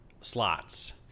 slots